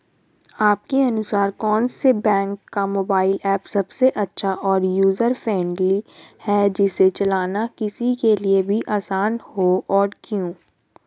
आपके अनुसार कौन से बैंक का मोबाइल ऐप सबसे अच्छा और यूजर फ्रेंडली है जिसे चलाना किसी के लिए भी आसान हो और क्यों?